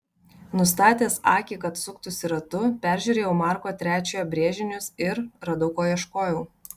nustatęs akį kad suktųsi ratu peržiūrėjau marko iii brėžinius ir radau ko ieškojau